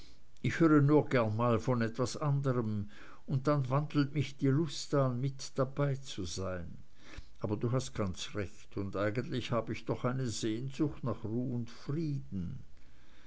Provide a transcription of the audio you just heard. ich höre nur gern einmal von etwas anderem und dann wandelt mich die lust an mit dabeizusein aber du hast ganz recht und eigentlich hab ich doch eine sehnsucht nach ruh und frieden